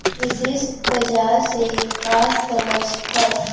विशिष्ट बजार से का समझथव?